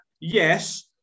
yes